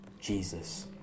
Jesus